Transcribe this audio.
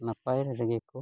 ᱱᱟᱯᱟᱭ ᱨᱮᱜᱮ ᱠᱚ